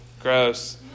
gross